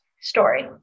story